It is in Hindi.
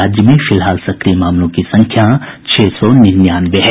राज्य में फिलहाल सक्रिय मामलों की संख्या छह सौ निन्यानवे है